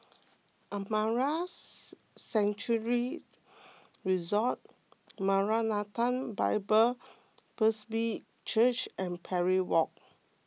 Amara Sanctuary Resort Maranatha Bible Presby Church and Parry Walk